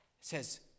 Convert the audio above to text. says